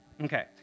Okay